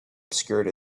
obscured